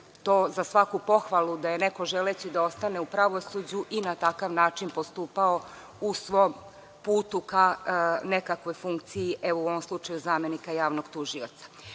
to za svaku pohvalu da je neko, želeći da ostane u pravosuđu, na takav način postupao u svom putu ka nekakvoj funkciji, u ovom slučaju zamenika javnog tužioca. Nakon